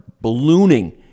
ballooning